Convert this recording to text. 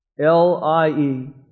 L-I-E